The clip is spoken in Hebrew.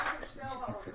ציינתם שתי הוראות.